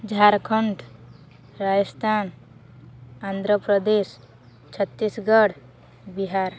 Jharkhand Rajasthan Andhra Pradesh Chhattisgarh Bihar